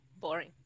Boring